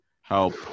help